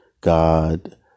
God